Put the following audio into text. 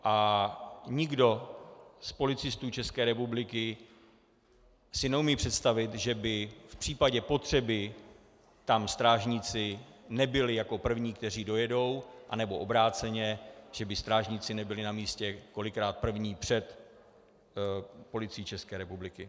A nikdo z policistů České republiky si neumí představit, že by v případě potřeby tam strážníci nebyli jako první, kteří dojedou, anebo obráceně, že by strážníci nebyli na místě kolikrát první před Policií České republiky.